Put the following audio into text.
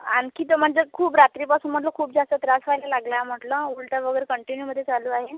आणखी तर म्हणजे खूप रात्रीपासून म्हटलं खूप जास्त त्रास व्हायला लागला म्हटलं उलट्या वगैरे कन्टिन्यूमध्ये चालू आहे